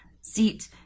seat